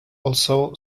also